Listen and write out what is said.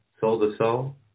soul-to-soul